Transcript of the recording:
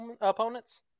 opponents